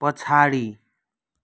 पछाडि